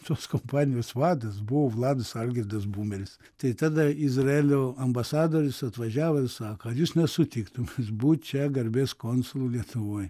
tos kampanijos vadas buvo vladas algirdas bumelis tai tada izraelio ambasadorius atvažiavo ir sako ar jūs nesutiktumėt būt čia garbės konsulu lietuvoj